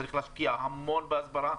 צריך להשקיע המון בהסברה,